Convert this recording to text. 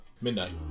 Midnight